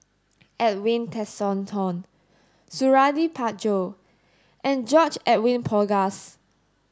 Edwin Tessensohn Suradi Parjo and George Edwin Bogaars